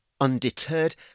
Undeterred